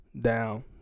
down